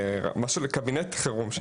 במשהו במו קבינט חירום.